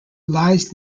lies